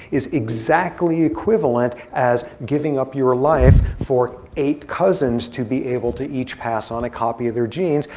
is exactly equivalent as giving up your life for eight cousins to be able to each pass on a copy of their genes.